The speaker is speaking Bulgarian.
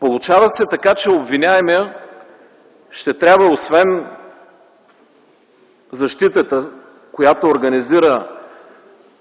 Получава се така, че обвиняемият ще трябва освен защитата, която организира